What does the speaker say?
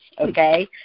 okay